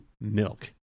Milk